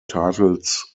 titles